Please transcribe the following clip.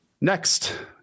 next